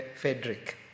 Frederick